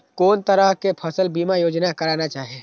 कोन तरह के फसल बीमा योजना कराना चाही?